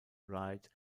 right